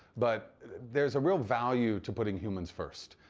but there's a real value to putting humans first.